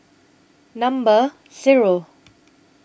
Number Zero